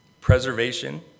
preservation